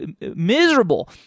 miserable